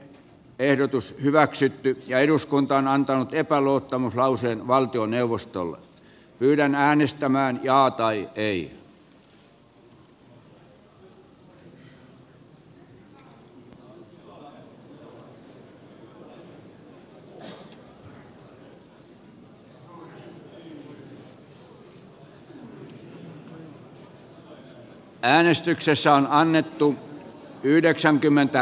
ehdotus hyväksytty ja eduskunta on antanut epäluottamuslauseen valtioneuvostolle myydään näin ollen hallitus ei nauti eduskunnan luottamusta